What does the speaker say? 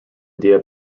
idea